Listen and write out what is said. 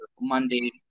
Monday